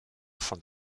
von